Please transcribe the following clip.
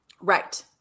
Right